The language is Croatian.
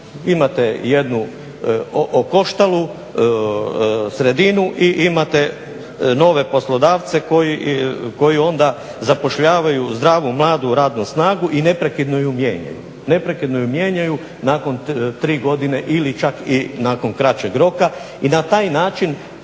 Imate jednu okoštalu sredinu i imate nove poslodavce koji onda zapošljavaju zdravu, mladu radnu snagu i neprekidno ju mijenjaju